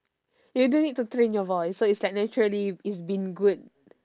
you don't need to train your voice so it's like naturally it's been good